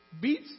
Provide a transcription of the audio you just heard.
beats